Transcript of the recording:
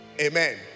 amen